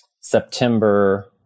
September